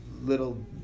little